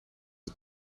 you